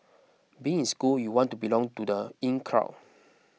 being in school you want to belong to the in crowd